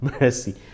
Mercy